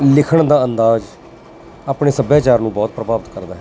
ਲਿਖਣ ਦਾ ਅੰਦਾਜ਼ ਆਪਣੇ ਸੱਭਿਆਚਾਰ ਨੂੰ ਬਹੁਤ ਪ੍ਰਭਾਵਿਤ ਕਰਦਾ